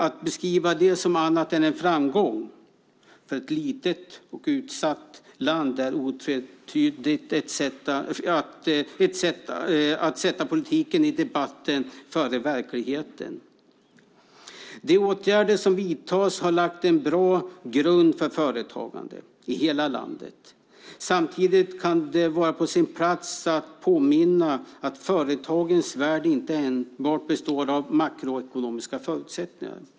Att beskriva det som annat än en framgång för ett litet och utsatt land är otvetydigt att sätta politiken i debatten före verkligheten. De åtgärder som vidtagits har lagt en bra grund för företagande i hela landet. Samtidigt kan det vara på sin plats att påminna om att företagens värld inte enbart består av makroekonomiska förutsättningar.